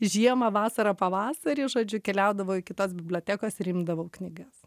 žiemą vasarą pavasarį žodžiu keliaudavau iki tos bibliotekos ir imdavau knygas